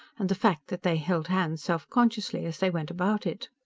and the fact that they held hands self-consciously as they went about it.